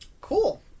Cool